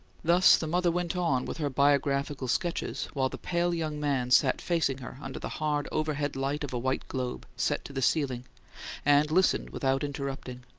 thus the mother went on with her biographical sketches, while the pale young man sat facing her under the hard overhead light of a white globe, set to the ceiling and listened without interrupting.